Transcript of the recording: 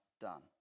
done